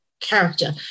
character